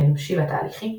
האנושי והתהליכי.